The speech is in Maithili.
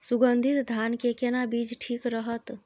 सुगन्धित धान के केना बीज ठीक रहत?